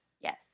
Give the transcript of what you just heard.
Yes